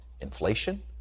inflation